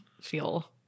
feel